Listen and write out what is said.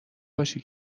باشی